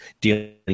dealing